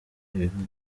ibibazo